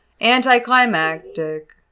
anticlimactic